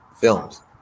films